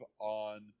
on